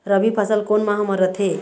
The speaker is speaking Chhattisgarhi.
रबी फसल कोन माह म रथे?